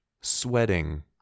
sweating